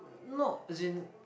not as in